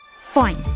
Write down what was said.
Fine